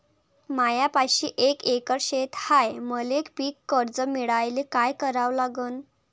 मायापाशी एक एकर शेत हाये, मले पीककर्ज मिळायले काय करावं लागन?